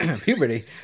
puberty